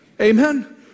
Amen